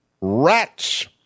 Rats